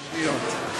רבותי חברי הכנסת,